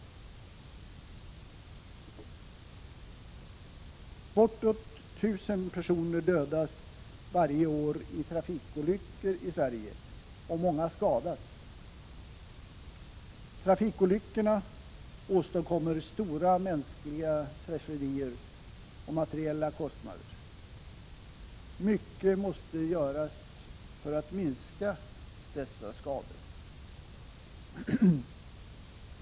Bortåt 1 000 personer dödas varje år i trafikolyckor i Sverige, och många skadas. Trafikolyckorna åstadkommer stora mänskliga tragedier och materiella kostnader. Mycket måste göras för att minska dessa skador.